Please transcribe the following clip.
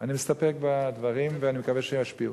אני מסתפק בדברים, ואני מקווה שהם ישפיעו.